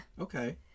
Okay